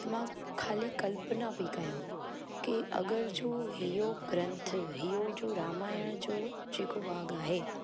त मां खाली कल्पना पेई कयां की अगरि जो इहो ग्रंथ इहो जो रामायण जो जेको भाङ आहे